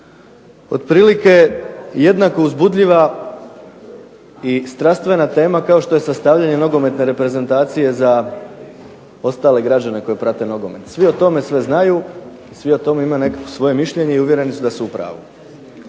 otprilike jednako uzbudljiva i strastvena tema kao što je sastavljanje nogometne reprezentacije za ostale građane koji prate nogomet. Svi o tome sve znaju, svi o tome imaju neko svoje mišljenje i uvjereni su da su da su u pravu.